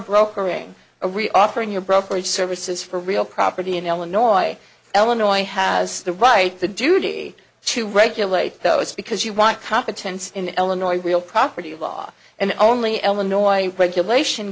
brokering a re offering your brokerage services for real property in illinois eleanor he has the right the duty to regulate those because you want competence in illinois real property law and only illinois regulation